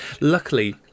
Luckily